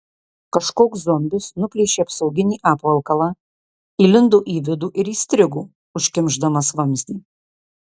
kažkoks zombis nuplėšė apsauginį apvalkalą įlindo į vidų ir įstrigo užkimšdamas vamzdį